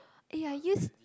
eh I use